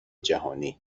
جهانی